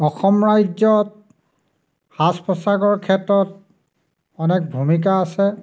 অসম ৰাজ্যত সাজ পোছাকৰ ক্ষেত্ৰত অনেক ভূমিকা আছে